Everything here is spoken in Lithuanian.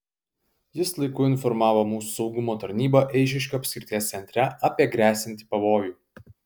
jis laiku informavo mūsų saugumo tarnybą eišiškių apskrities centre apie gresianti pavojų